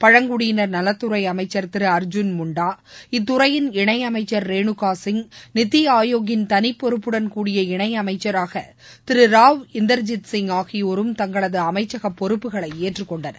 பழங்குடியினர் நலத்துறை அமைச்சர் திரு அர்ஜுள் முண்டா இத்துறையின் இணையமைச்சர் ரேணுகா சிங் நித்தி ஆயோக்கின் தனிப்பொறுப்புடன் கூடிய இணைஅமைச்சராக திரு ராவ் இந்தர்ஜித் சிங் ஆகியோரும் தங்களது அமைச்சக பொறுப்புகளை ஏற்றுக்கொண்டனர்